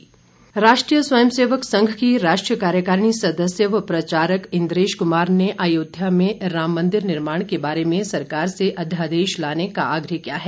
इंद्रेश कुमार राष्ट्रीय स्वयं सेवक संघ की राष्ट्रीय कार्यकारिणी सदस्य व प्रचारक इंद्रेश कुमार ने अयोध्या में राम मन्दिर निर्माण के बारे में सरकार से अध्यादेश लाने का आग्रह किया है